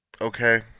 Okay